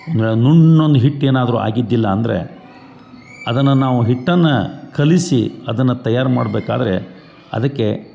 ನ ನುಣ್ಣೊಂದು ಹಿಟ್ಟು ಏನಾದರು ಆಗಿದ್ದಿಲ್ಲ ಅಂದರೆ ಅದನ್ನು ನಾವು ಹಿಟ್ಟನ್ನು ಕಲಿಸಿ ಅದನ್ನ ತಯಾರು ಮಾಡ್ಬೇಕಾದರೆ ಅದಕ್ಕೆ